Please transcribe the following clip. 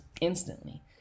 instantly